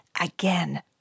again